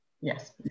Yes